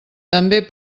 també